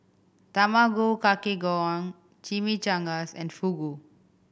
Tamago Kake Gohan Chimichangas and Fugu